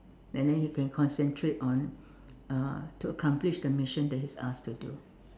and then he can concentrate on uh to accomplish the mission that he is asked to do